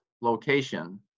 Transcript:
location